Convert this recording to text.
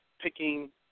picking